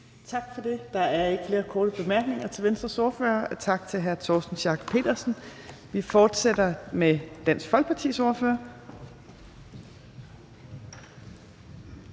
Tak for det. Der er ikke flere korte bemærkninger til Venstres ordfører. Tak til hr. Torsten Schack Pedersen. Vi fortsætter med Dansk Folkepartis ordfører,